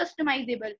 customizable